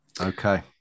Okay